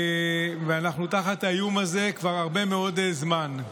אנחנו תחת האיום הזה כבר הרבה מאוד זמן.